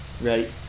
right